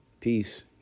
Peace